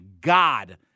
God